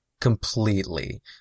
completely